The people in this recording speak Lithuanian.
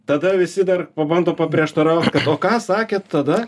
tada visi dar pabando paprieštaraut kad o ką sakėt tada